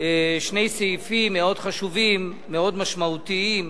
שני סעיפים מאוד חשובים, מאוד משמעותיים.